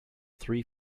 three